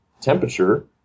temperature